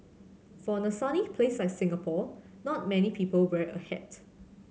for a sunny place like Singapore not many people wear a hat